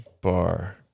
bar